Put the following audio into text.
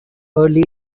early